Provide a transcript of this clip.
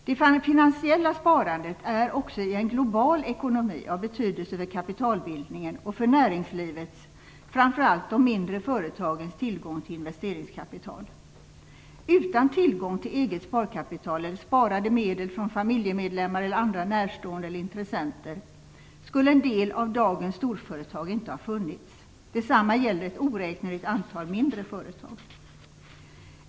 Det finansiella sparandet är också i en global ekonomi av betydelse för kapitalbildningen och för näringslivets, framför allt de mindre företagens, tillgång till investeringskapital. Utan tillgång till eget sparkapital eller sparade medel från familjemedlemmar eller andra närstående eller intressenter skulle en del av dagens storföretag inte ha funnits. Detsamma gäller ett oräkneligt antal mindre företag.